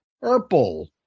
Purple